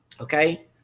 Okay